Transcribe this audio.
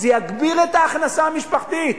זה יגביר את ההכנסה המשפחתית,